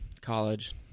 college